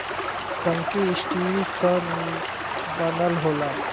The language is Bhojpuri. टंकी स्टील क बनल होला